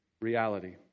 reality